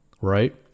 right